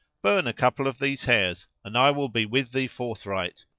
burn a couple of these hairs and i will be with thee forthright,